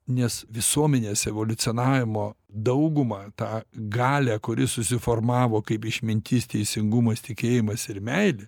nes visuomenės evoliucionavimo daugumą tą galią kuri susiformavo kaip išmintis teisingumas tikėjimas ir meilė